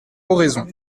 oraison